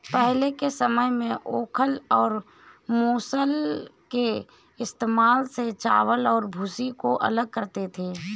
पहले के समय में ओखल और मूसल के इस्तेमाल से चावल और भूसी को अलग करते थे